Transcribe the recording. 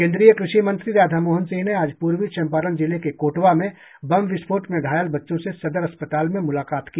केन्द्रीय कृषि मंत्री राधामोहन सिंह ने आज पूर्वी चंपारण जिले के कोटवा में बम विस्फोट में घायल बच्चों से सदर अस्पताल में मुलाकात की